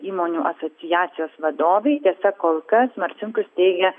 įmonių asociacijos vadovei tiesa kol kas marcinkus teigė